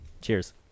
Cheers